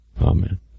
Amen